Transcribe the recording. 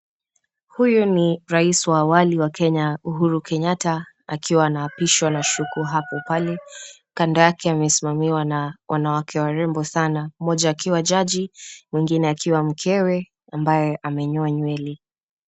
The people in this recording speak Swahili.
Huyu ni rais wa awali wa Kenya Uhuru Kenyatta akiwa anaapishwa nashuku hapo pale. Kando yake amesimamiwa na wanawake warembo sana mmoja akiwa jaji mwingine akiwa mkewe ambaye amenyoa nywele.